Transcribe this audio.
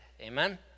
Amen